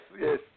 Yes